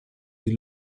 die